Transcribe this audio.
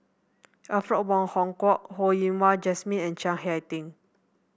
Alfred Wong Hong Kwok Ho Yen Wah Jesmine and Chiang Hai Ding